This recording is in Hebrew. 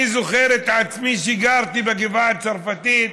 אני זוכר את עצמי: כשגרתי בגבעה הצרפתית,